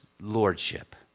lordship